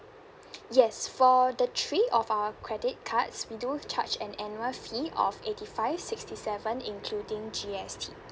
yes for the three of our credit cards we do charge an annual fee of eighty five sixty seven including G_S_T